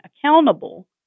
accountable